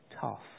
tough